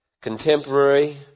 contemporary